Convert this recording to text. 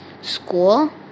school